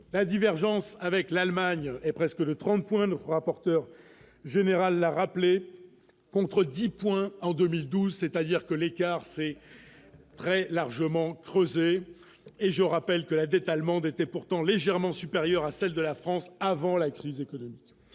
la divergence avec l'Allemagne et presque de 30 points le rapporteur général a rappelé contre 10 points en 2012, c'est-à-dire que l'écart s'est très largement creusé et je rappelle que la dette allemande était pourtant légèrement supérieure à celle de la France avant la crise économique,